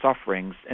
sufferings